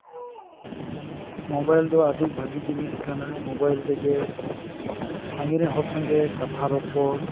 mobile ᱫᱚ ᱟᱹᱰᱤ ᱵᱷᱟᱜᱮ ᱡᱤᱱᱤᱥ ᱠᱟᱱᱟ ᱢᱳᱵᱟᱭᱤᱞ ᱛᱮᱜᱮ ᱥᱟᱺᱜᱤᱧ ᱨᱮᱱ ᱦᱚᱲ ᱥᱚᱸᱜᱮ ᱠᱟᱛᱷᱟ ᱨᱚᱯᱚᱲ